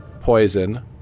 Poison